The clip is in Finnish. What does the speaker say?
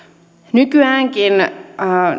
nykyäänkin